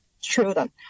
children